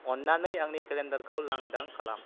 अन्नानै आंनि केलेन्डारखौ लांदां खालाम